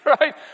Right